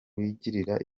wigirira